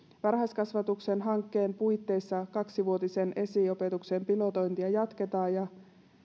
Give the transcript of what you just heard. varhaiskasvatuksen hankkeen puitteissa kaksivuotisen esiopetuksen pilotointia jatketaan ja